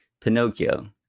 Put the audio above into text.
Pinocchio